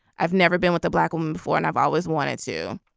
i've never been with a black woman before and i've always wanted to.